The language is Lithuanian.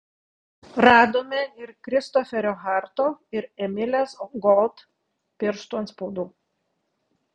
radome ir kristoferio harto ir emilės gold pirštų atspaudų